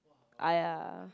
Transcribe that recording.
!aiya!